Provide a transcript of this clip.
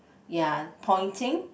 ya pointing